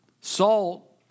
salt